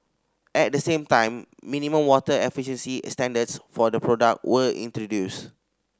at the same time minimum water efficiency standards for the product were introduced